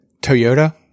Toyota